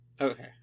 Okay